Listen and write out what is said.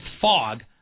fog